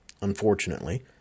unfortunately